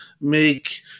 make